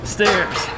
Stairs